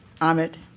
Ahmed